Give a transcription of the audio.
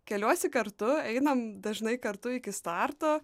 keliuosi kartu einam dažnai kartu iki starto